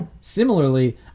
Similarly